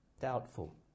Doubtful